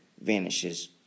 vanishes